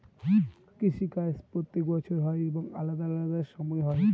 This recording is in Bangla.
কৃষি কাজ প্রত্যেক বছর হয় এবং আলাদা আলাদা সময় হয়